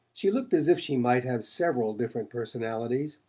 she looked as if she might have several different personalities,